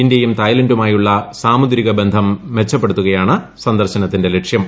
ഇന്ത്യയും തായ്ലാന്റുമായുള്ള സാമുദ്രിക ബന്ധം മെച്ചപ്പെടുത്തുകയാണ് സന്ദർശനത്തിന്റെ ലക്ഷ്യം